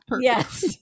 Yes